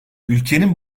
ülkenin